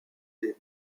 des